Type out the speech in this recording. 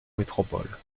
métropole